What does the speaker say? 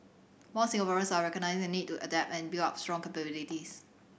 more Singaporeans are recognising the need to adapt and build up strong capabilities